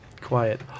quiet